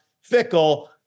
Fickle